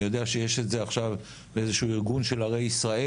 אני יודע שיש את זה עכשיו באיזשהו ארגון של ערי ישראל.